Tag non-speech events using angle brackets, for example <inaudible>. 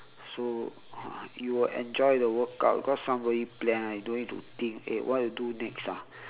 so <noise> you will enjoy the workout cause somebody plan right you don't need to think eh what to do next ah